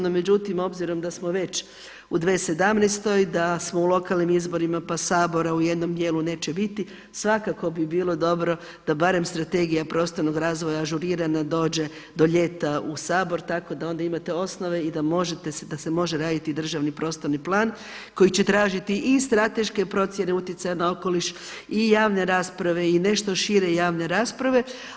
No međutim, obzirom da smo već u 2017., da smo u lokalnim izborima pa Sabora u jednom dijelu neće biti, svakako bi bilo dobro da barem Strategija prostornog razvoja ažurirana dođe do ljeta u Sabor tako da onda imate osnove i da se može raditi državni prostorni plan koji će tražiti i strateške procjene utjecaja na okoliš i javne rasprave i nešto šire javne rasprave.